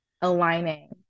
aligning